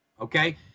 Okay